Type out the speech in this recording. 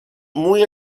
muy